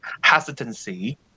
hesitancy